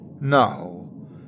No